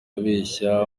abeshya